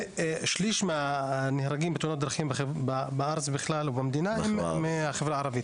ושליש מהנהרגים בתאונות דרכים בארץ בכלל במדינה הם מהחברה הערבית.